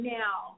now